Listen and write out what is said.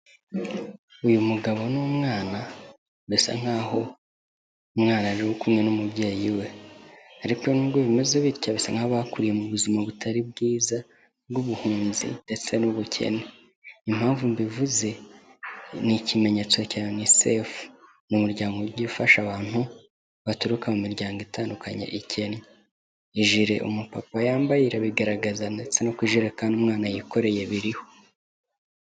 Uyu mugabo n'umwana bisa nk'aho umwana ari kumwe n'umubyeyi we ariko n’ubwo bimeze bityo basa nk'abakuriye mu buzima butari bwiza bw'ubuhunzi ndetse n'ubukene. Impamvu mbivuze ni ikimenyetso cya UNICEF, ni umuryango ugiye ufasha abantu baturuka mu miryango itandukanye ikennye, ijire umu papa yambaye irabigaragaza ndetse no ku jerekani umwana yikoreye biriho.